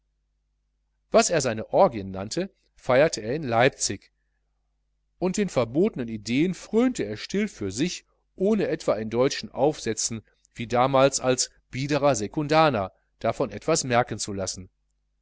was er seine orgien nannte feierte er in leipzig und den verbotenen ideen fröhnte er still für sich ohne etwa in deutschen aufsätzen wie damals als biederer sekundaner davon etwas merken zu lassen